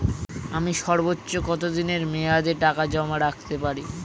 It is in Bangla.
আমি সর্বোচ্চ কতদিনের মেয়াদে টাকা জমা রাখতে পারি?